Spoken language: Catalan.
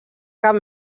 cap